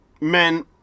men